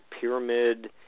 pyramid